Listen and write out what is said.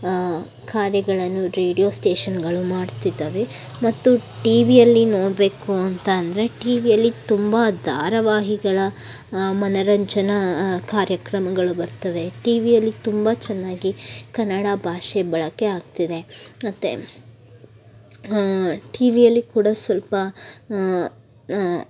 ಕಾರ್ಯಗಳನ್ನು ರೇಡಿಯೋ ಸ್ಟೇಷನ್ಗಳು ಮಾಡ್ತಿದ್ದಾವೆ ಮತ್ತು ಟಿ ವಿಯಲ್ಲಿ ನೋಡಬೇಕು ಅಂತ ಅಂದರೆ ಟಿ ವಿಯಲ್ಲಿ ತುಂಬ ಧಾರಾವಾಹಿಗಳ ಮನರಂಜನಾ ಕಾರ್ಯಕ್ರಮಗಳು ಬರ್ತವೆ ಟಿ ವಿಯಲ್ಲಿ ತುಂಬ ಚೆನ್ನಾಗಿ ಕನ್ನಡ ಭಾಷೆ ಬಳಕೆ ಆಗ್ತಿದೆ ಮತ್ತು ಟಿ ವಿಯಲ್ಲಿ ಕೂಡ ಸ್ವಲ್ಪ